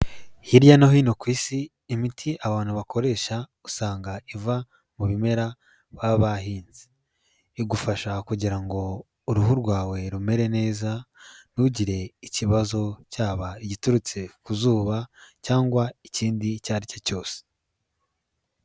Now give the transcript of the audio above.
Hirya no hino ku Isi imiti abantu bakoresha usanga iva mu bimera baba bahinze, igufasha kugira ngo uruhu rwawe rumere neza ntugire ikibazo cyaba igiturutse ku zuba cyangwa ikindi icyo ari cyo cyose.